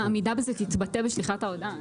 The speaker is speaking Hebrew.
העמידה בזה תתבטא בשליחת ההודעה.